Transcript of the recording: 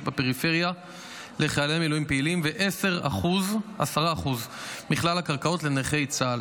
בפריפריה לחיילי מילואים פעילים ו-10% מכלל הקרקעות לנכי צה"ל.